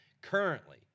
currently